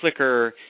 Flickr –